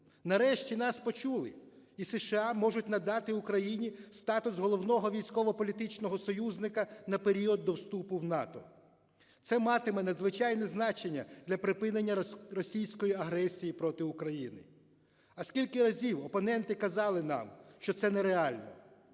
нарешті нас почули і США можуть надати Україні статус головного військово-політичного союзника на період до вступу в НАТО. Це матиме надзвичайно значення для припинення російської агресії проти України. А скільки разів опоненти казали нам, що це нереально.